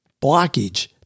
blockage